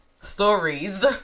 Stories